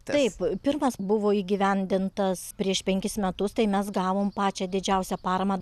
taip pirmas buvo įgyvendintas prieš penkis metus tai mes gavom pačią didžiausią paramą